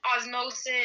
Osmosis